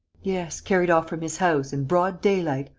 yes, carried off from his house, in broad daylight.